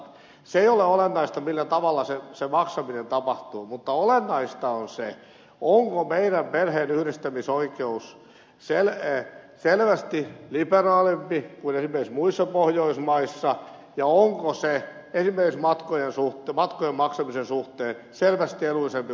se ei ole olennaista millä tavalla se maksaminen tapahtuu mutta olennaista on se onko perheenyhdistämisoikeus meillä selvästi liberaalimpi kuin se on esimerkiksi muissa pohjoismaissa ja onko se esimerkiksi matkojen maksamisen suhteen selvästi edullisempi kuin muualla